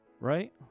right